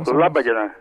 labai diena